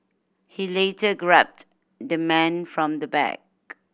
he later grabbed the man from the back